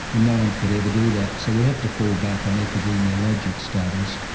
and no one could ever do that, so we have to fall back on epidemiologic studies.